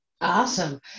Awesome